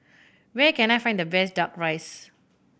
where can I find the best Duck Rice